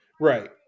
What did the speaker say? Right